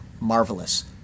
marvelous